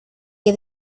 que